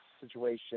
situation